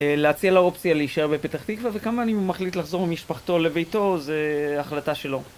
להציע לו אופציה להישאר בפתח תקווה, וכמה אני מחליט לחזור ממשפחתו לביתו, זו החלטה שלו.